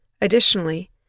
Additionally